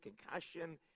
concussion